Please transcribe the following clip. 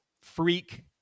freak